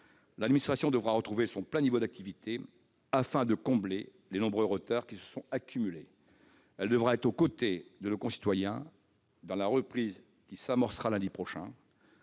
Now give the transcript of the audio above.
L'administration devra retrouver son plein niveau afin de combler les nombreux retards qui se sont accumulés. Elle devra être aux côtés de nos concitoyens dans la reprise qui s'amorcera lundi prochain.